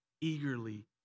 eagerly